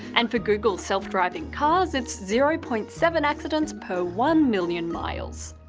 and for google's self-driving cars it's zero point seven accidents per one million miles.